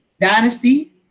dynasty